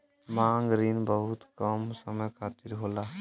मांग रिन बहुत कम समय खातिर होला